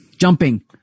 Jumping